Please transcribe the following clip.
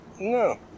No